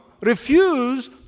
refuse